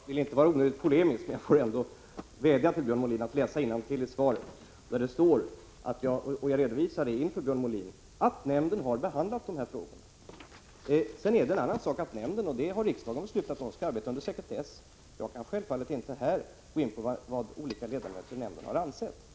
Herr talman! Jag vill inte vara onödigt polemisk, man jag får ändå vädja till Björn Molin att läsa innantill i svaret, där det står — det redovisade jag också inför Björn Molin — att nämnden har behandlat de här frågorna. Sedan är det en annan sak att nämnden — det har riksdagen beslutat om — skall arbeta under sekretess. Jag kan självfallet inte här gå in på vad olika ledamöter i nämnden har ansett.